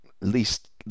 least